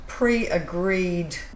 pre-agreed